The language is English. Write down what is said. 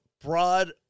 broad